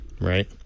right